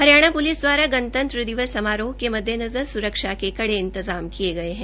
Haryana police द्वारा गणतंत्र दिवस समारोह के मद्देनज़र सुरक्षा के कड़े इंतजाम किए गए हैं